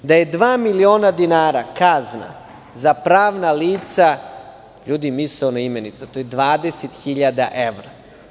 Da je dva miliona dinara kazna za pravna lica, to je misaona imenica, to je 20.000 evra.